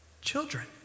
Children